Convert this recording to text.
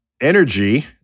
energy